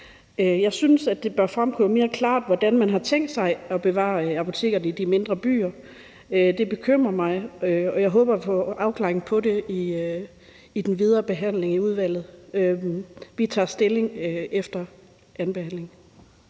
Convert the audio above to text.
Jeg synes, det bør fremgå mere klart, hvordan man har tænkt sig at bevare apotekerne i de mindre byer. Det bekymrer mig, og jeg håber at få en afklaring af det i den videre behandling i udvalget. Vi tager stilling til forslaget